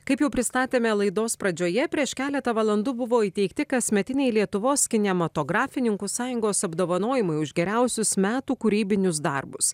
kaip jau pristatėme laidos pradžioje prieš keletą valandų buvo įteikti kasmetiniai lietuvos kinematografininkų sąjungos apdovanojimai už geriausius metų kūrybinius darbus